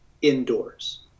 indoors